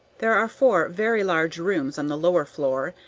there are four very large rooms on the lower floor,